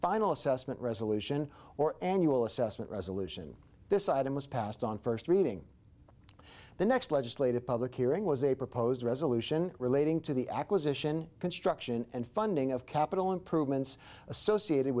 final assessment resolution or annual assessment resolution this item was passed on first reading the next legislative public hearing was a proposed resolution relating to the acquisition construction and funding of capital improvements associated